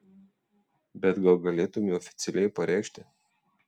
bet gal galėtumei oficialiai pareikšti